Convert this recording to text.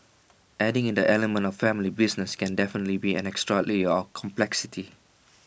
adding in the element A family business can definitely be an extra layer of complexity